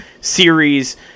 series